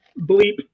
bleep